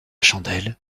chandelle